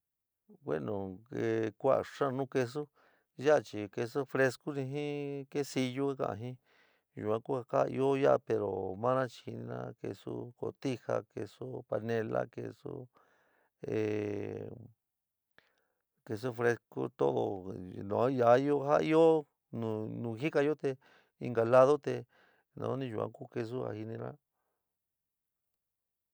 Bueno ku'a xaán nu quesu, yaá chi quesu frescu- ni jɨn quesillu ka ka'an jɨn yuan ka ɨó ya'á pero ja mana chi jínina quesu cotija, quesu panela, quesu, quesú frescú todo ja ɨó nu jikayó te inka lado te nauni yuan ku quesu ja jininá.